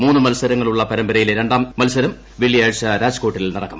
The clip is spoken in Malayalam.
മൂന്ന് മത്സരങ്ങളുള്ള് പരമ്പരയിലെ ്രണ്ടാം ഏകദിനം വെള്ളിയാഴ്ച രാജ്കോട്ടിൽ നടക്കും